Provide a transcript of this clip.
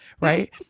Right